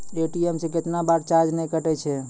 ATM से कैतना बार चार्ज नैय कटै छै?